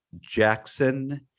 jackson